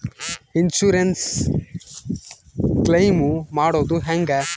Insurance claim ಮಾಡೋದು ಹೆಂಗ?